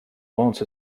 once